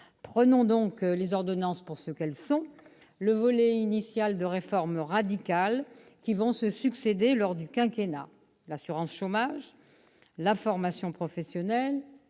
Prenons donc ces ordonnances pour ce qu'elles sont, le volet initial de réformes radicales qui vont se succéder durant ce quinquennat : celles de l'assurance chômage, de la formation professionnelle